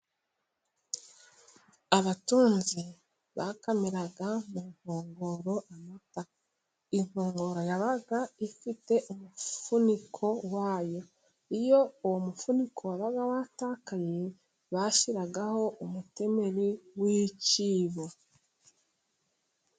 Abatunzi bakamira mu nkongoro amata ,inkongoro yabaga ifite umufuniko wayo, iyo uwo mufuniko wabaga watakaye bashyiragaho umutemeri w'icyibo.